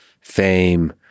fame